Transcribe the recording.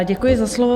Děkuji za slovo.